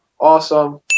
awesome